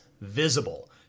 visible